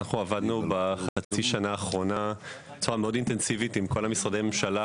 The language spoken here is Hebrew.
עבדנו בחצי השנה האחרונה בצורה מאוד אינטנסיבית עם כל משרדי הממשלה,